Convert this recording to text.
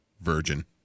virgin